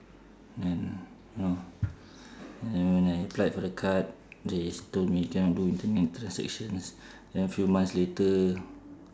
then no then when I applied for the card they told me cannot do internet transactions then few months later